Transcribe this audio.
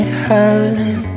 howling